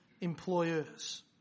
employers